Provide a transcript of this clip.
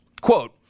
Quote